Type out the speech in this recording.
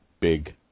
big